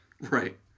right